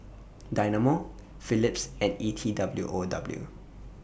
Dynamo Phillips and E T W O W